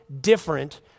different